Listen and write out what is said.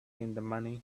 money